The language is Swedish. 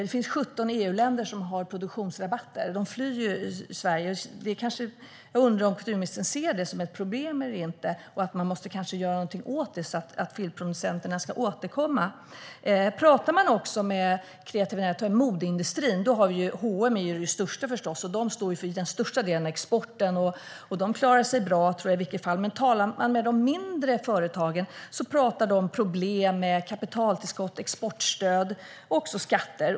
Det finns 17 EU-länder som har produktionsrabatter. Filmproducenterna flyr Sverige. Jag undrar om kulturministern ser det som ett problem eller inte och inser att man kanske måste göra något åt det, så att filmproducenterna kommer tillbaka. Man kan prata med kreativa näringar som modeindustrin, där H&M är störst. De står för den största delen av exporten och klarar sig bra. Men talar man med de mindre företagen pratar de om problem med kapitaltillskott, exportstöd och skatter.